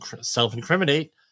self-incriminate